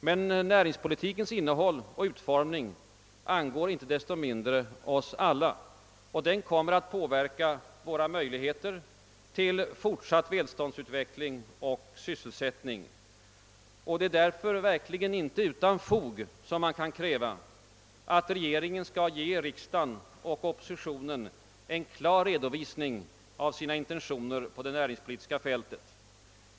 Men näringspolitikens innehåll och utformning angår inte desto mindre oss alla, och den kommer att påverka våra möjligheter till fortsatt välståndsutveckling och sysselsättning. Det är därför verkligen inte utan fog som man kan kräva att regeringen skall ge riksdagen och oppositionen en klar redovisning av sina intentioner på det näringspolitiska fältet.